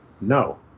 No